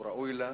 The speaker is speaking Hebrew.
שהוא ראוי לה.